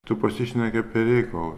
tu pasišneki apie reikalus